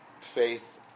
faith